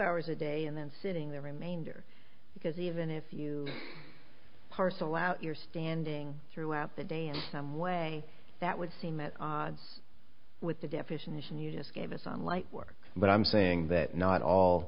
hours a day and then sitting the remainder because even if you parcel out you're standing throughout the day in some way that would seem at odds with the definition and you just gave us on light work but i'm saying that not all